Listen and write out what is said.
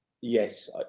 yes